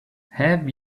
have